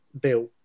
built